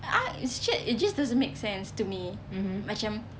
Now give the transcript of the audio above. ah it's ju~ it just doesn't make sense to me macam